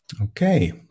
Okay